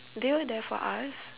they were there for us